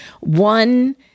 One